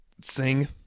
sing